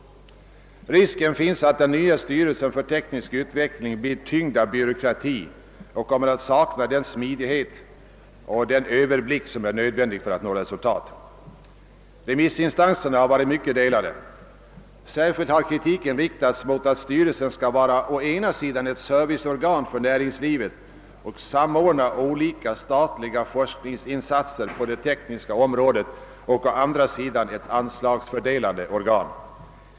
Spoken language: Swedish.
Risken finns att den nya styrelsen för teknisk utveckling blir tyngd av byråkrati och kommer att sakna den smidighet och den överblick som är nödvändig för att nå resultat. Meningarna hos remissinstanserna har varit mycket delade. Särskilt har kritik riktats mot att styrelsen skall vara å ena sidan ett serviceorgan för näringslivet och samordna olika statliga forskningsinsatser på det tekniska området och å andra sidan ett anslagsfördelande organ.